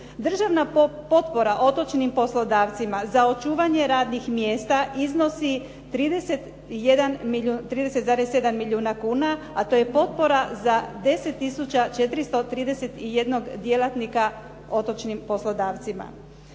Državna potpora otočnim poslodavcima za očuvanje radnih mjesta iznosi 30,7 milijuna kuna, a to je potpora za 10431 djelatnika otočnim poslodavcima.